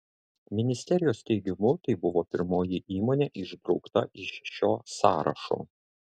ministerijos teigimu tai buvo pirmoji įmonė išbraukta iš šio sąrašo